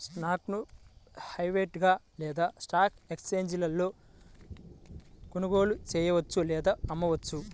స్టాక్ను ప్రైవేట్గా లేదా స్టాక్ ఎక్స్ఛేంజీలలో కొనుగోలు చెయ్యొచ్చు లేదా అమ్మొచ్చు